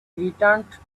returned